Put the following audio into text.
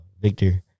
Victor